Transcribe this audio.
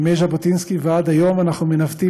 מימי ז'בוטינסקי ועד היום אנחנו מנווטים